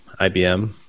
IBM